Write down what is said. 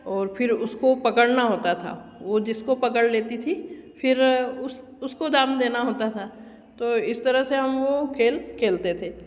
फिर उसको पकड़ना होता था वो जिसको पकड़ लेती थी फिर उस उसको दाम देना होता था तो इस तरह से हम वो खेल खेलते थे